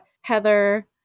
heather